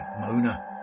Mona